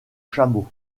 chameau